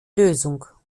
lösung